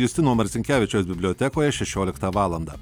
justino marcinkevičiaus bibliotekoj šešioliktą valandą